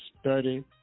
study